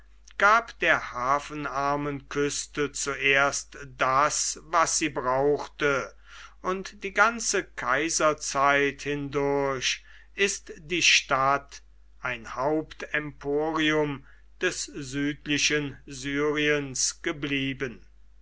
gab der hafenarmen küste zuerst das was sie brauchte und die ganze kaiserzeit hindurch ist die stadt ein hauptemporium des südlichen syriens geblieben